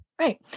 Right